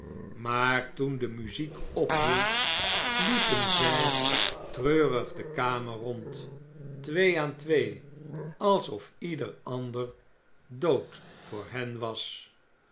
maar toen de muziek ophield liepen zij treurig de kamer rond twee aan twee alsof ieder ander dood voor hen was